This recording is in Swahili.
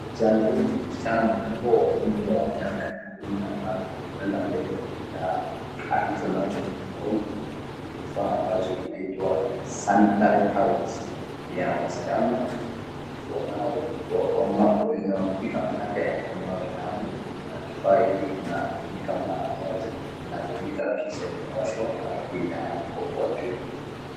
Kijana huyu ni msichana mkubwa wa umri wa miaka kumi na tatu kwenda mbele, na alicho nacho kwa mkono ni kifaa ambacho kinaitwa sanitary towels ni ya wasichana wanao wenye wamefika miaka ya kumwaga damu, na kifaa hiki kinatumika mara moja. Inatumika kisha inaoshwa halafu inaanikwa kwa jua.